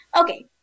Okay